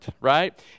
right